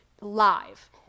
live